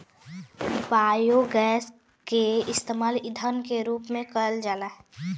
biogas के इस्तेमाल ईधन के रूप में कईल जाला